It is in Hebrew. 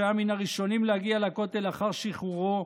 שהיה מן הראשונים להגיע לכותל לאחר שחרורו,